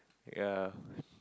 ya